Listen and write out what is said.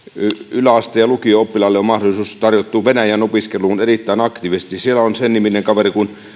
yläasteen ja lukion oppilaille on tarjottu mahdollisuutta venäjän opiskeluun erittäin aktiivisesti siellä on sen niminen kaveri kuin